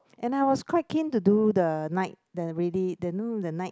and I was quite keen to do the night the ready the noon the night